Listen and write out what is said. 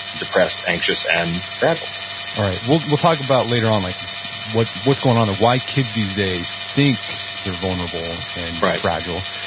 depressed, anxious, and fragile all right. we'll we'll talk about, later on, like what's what's going on there, why kids these days think they're vulnerable and fragile,